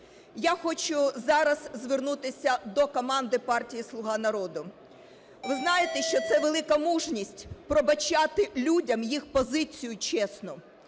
Я хочу зараз звернутися до команди партії "Слуга народу". Ви знаєте, що це велика мужність – пробачати людям їх позицію чесну.